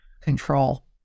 Control